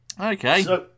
Okay